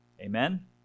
Amen